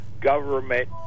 government